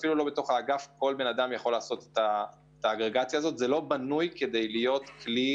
זה לא בנוי להיות כלי